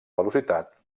velocitat